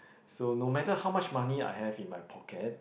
so no matter how much money I have in my pocket